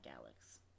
Alex